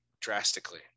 drastically